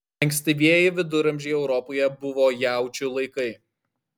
ankstyvieji viduramžiai europoje buvo jaučių laikai